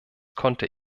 konnte